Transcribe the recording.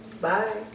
Bye